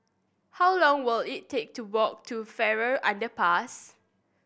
how long will it take to walk to Farrer Underpass